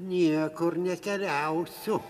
niekur nekeliausiu